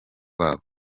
urukundo